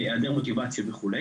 היעדר מוטיבציה וכולי